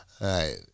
right